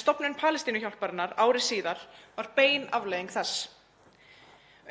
Stofnun Palestínuhjálparinnar ári síðar var bein afleiðing þess.